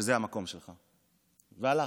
שזה המקום שלך, והלך.